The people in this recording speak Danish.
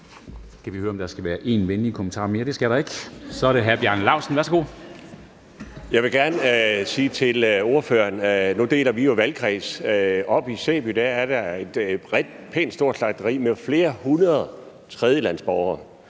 Jeg vil gerne sige til ordføreren: Nu deler vi jo valgkreds. Oppe i Sæby er der et pænt stort slagteri med flere hundrede tredjelandsborgere.